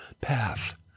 path